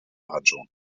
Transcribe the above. adjoint